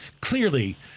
clearly